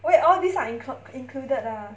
wait all these are include~ included ah